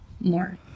more